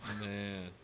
Man